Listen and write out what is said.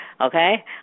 okay